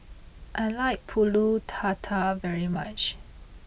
I like Pulut Tatal very much